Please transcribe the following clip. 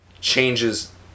changes